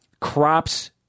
crops